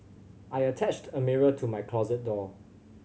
I attached a mirror to my closet door